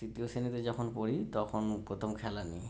তৃতীয় শেণীতে যখন পড়ি তখন প্রথম খেলা নিই